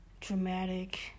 dramatic